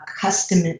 custom